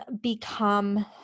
become –